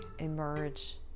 emerge